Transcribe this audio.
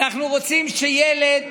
ילד